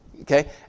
okay